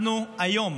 אנחנו היום